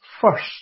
first